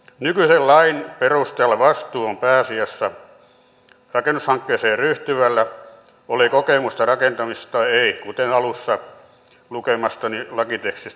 nykyisen lain perusteella vastuu on pääasiassa rakennushankkeeseen ryhtyvällä oli kokemusta rakentamisesta tai ei kuten alussa lukemani lakiteksti kertoi